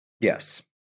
Yes